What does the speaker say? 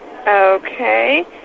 Okay